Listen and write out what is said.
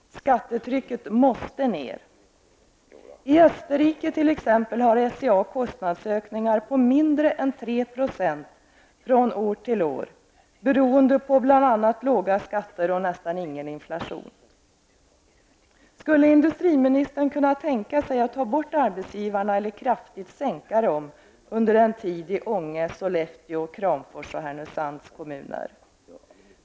Skattetrycket måste ner. I t.ex. Österrike har SCA kostnadsökningar på mindre än 3 % från år till år beroende på bl.a. låga skatter och nästan ingen inflation. Skulle industriministern kunna tänka sig att ta bort arbetsgivaravgifterna eller för en tid kraftigt sänka dem i Ånge, Sollefteå, Kramfors och Härnösands kommuner?